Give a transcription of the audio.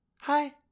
Hi